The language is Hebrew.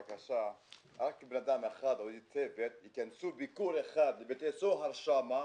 בקשה: רק בן אדם אחד או צוות ייכנסו לביקור אחד בבתי סוהר שם,